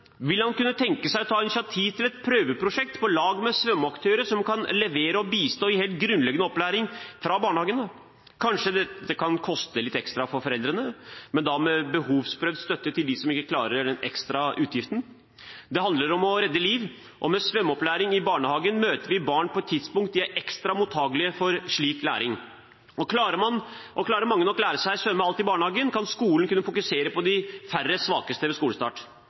Vil han kunne tenke seg å ta initiativ til et prøveprosjekt, på lag med svømmeaktører som kan levere og bistå i helt grunnleggende opplæring fra barnehagen av? Kanskje dette kan koste litt ekstra for foreldrene, men da med behovsprøvd støtte til dem som ikke klarer den ekstra utgiften. Det handler om å redde liv, og med svømmeopplæring i barnehagen møter vi barn på et tidspunkt de er ekstra mottakelige for slik læring. Klarer mange nok å lære seg å svømme alt i barnehagen, kan skolen kunne fokusere på de færre svakeste ved skolestart.